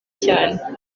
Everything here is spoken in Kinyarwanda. cyane